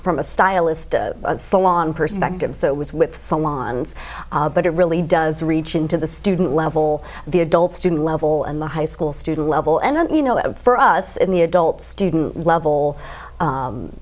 from a stylist salon perspective so it was with salons but it really does reach into the student level the adult student level and the high school student level and then you know for us in the adult student level